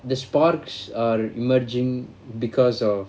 the sparks are emerging because of